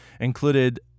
included